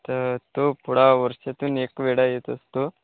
तर तो पोळा वर्षातून एक वेळा येत असतो